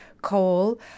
Coal